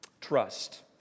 Trust